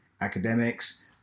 academics